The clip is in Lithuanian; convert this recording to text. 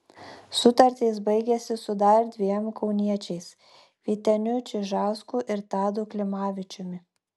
sutartys baigiasi su dar dviem kauniečiais vyteniu čižausku ir tadu klimavičiumi